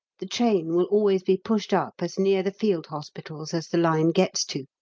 the train will always be pushed up as near the field hospitals as the line gets to,